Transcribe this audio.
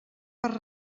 per